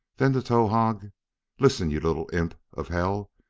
then to towahg listen, you little imp of hell!